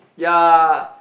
ya